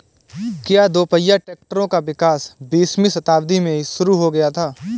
क्या दोपहिया ट्रैक्टरों का विकास बीसवीं शताब्दी में ही शुरु हो गया था?